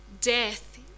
Death